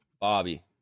Bobby